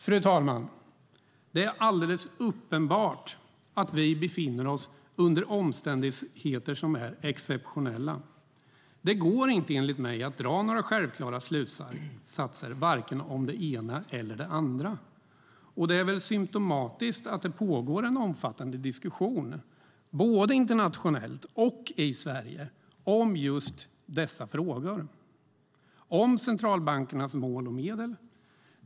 Fru talman! Det är alldeles uppenbart att vi befinner oss i exceptionella omständigheter. Det går enligt mig inte att dra några självklara slutsatser vare sig om det ena eller det andra, och det är symtomatiskt att det pågår en omfattande diskussion både internationellt och i Sverige om just dessa frågor, om centralbankernas mål och medel.